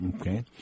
Okay